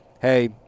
hey